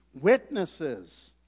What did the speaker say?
witnesses